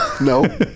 No